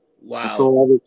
Wow